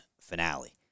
finale